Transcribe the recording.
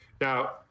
Now